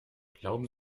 glauben